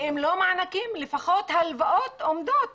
ואם לא מענקים אז לפחות הלוואות עומדות